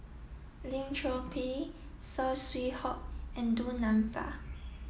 Lim Chor Pee Saw Swee Hock and Du Nanfa